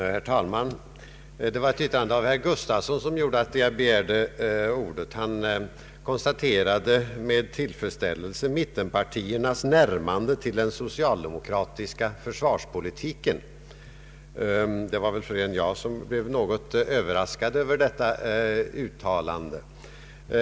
Herr talman! Det var ett yttrande av herr Bengt Gustavsson som gjorde att jag begärde ordet. Han konstaterade med tillfredsställelse mittenpartiernas närmande till den socialdemokratiska försvarspolitiken. Det var väl fler än jag som blev något överraskade över detta uttalande.